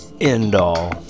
end-all